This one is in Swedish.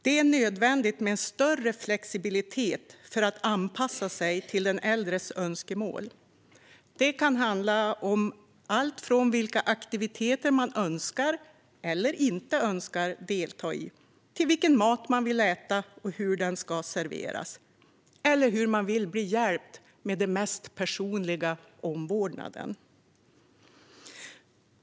Det är nödvändigt med en större flexibilitet för att anpassa sig till den äldres önskemål. Det kan handla om allt från vilka aktiviteter man önskar eller inte önskar delta i och vilken mat man vill äta och hur den ska serveras till hur man vill ha hjälp med den mest personliga omvårdnaden.